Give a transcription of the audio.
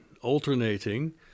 alternating